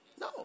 No